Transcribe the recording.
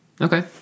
Okay